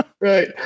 Right